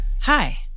Hi